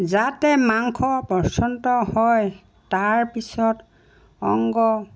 যাতে মাংস পচন্ত হয় তাৰপিছত অংগ